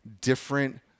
different